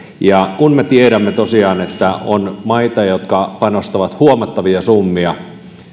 kun me tosiaan tiedämme että on maita jotka panostavat huomattavia summia